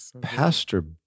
Pastor